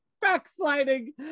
backsliding